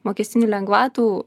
mokestinių lengvatų